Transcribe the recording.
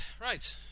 right